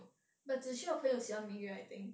but zi qiu 的朋友喜欢 ming yue I think